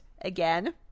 Again